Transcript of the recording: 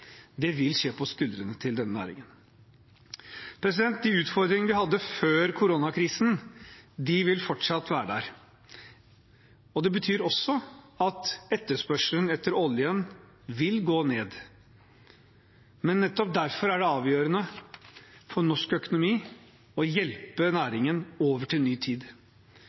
vil skje på skuldrene til denne næringen. De utfordringene vi hadde før koronakrisen, vil fortsatt være der. Det betyr også at etterspørselen etter olje vil gå ned. Nettopp derfor er det avgjørende for norsk økonomi å hjelpe næringen over i en ny tid.